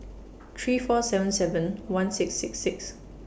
three four seven seven one six six six